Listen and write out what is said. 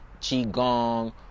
qigong